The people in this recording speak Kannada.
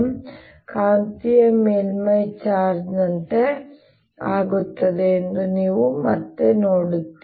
M ಕಾಂತೀಯ ಮೇಲ್ಮೈ ಚಾರ್ಜ್ ನಂತೆ ಆಗುತ್ತದೆ ಎಂದು ನೀವು ಮತ್ತೆ ನೋಡುತ್ತೀರಿ